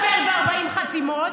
חבר הכנסת אשר,